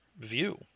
view